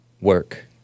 work